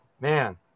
Man